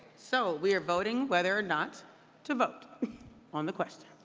so we are voting whether or not to vote on the question.